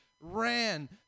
ran